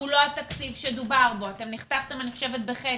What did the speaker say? לא התקציב שדובר בו אתם נחתכתם בערך בחצי,